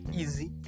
easy